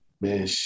man